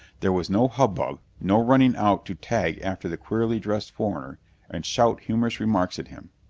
there was no hub-bub, no running out to tag after the queerly dressed foreigner and shout humorous remarks at him.